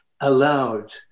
allowed